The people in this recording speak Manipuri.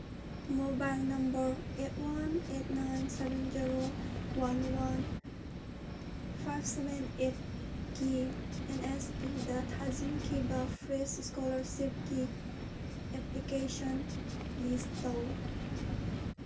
mobile number eight one eight nine seven zero one one five seven ꯑꯩꯠꯀꯤ ꯑꯦꯟ ꯅꯦꯁ ꯄꯤꯗ ꯊꯥꯖꯤꯟꯈꯤꯕ ꯐ꯭ꯔꯦꯁ ꯏꯁꯀꯣꯂꯥꯔꯁꯤꯞꯀꯤ ꯑꯦꯄ꯭ꯂꯤꯀꯦꯁꯟ ꯂꯤꯁ ꯇꯧ